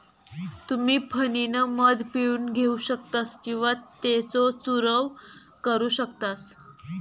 तुम्ही फणीनं मध पिळून घेऊ शकतास किंवा त्येचो चूरव करू शकतास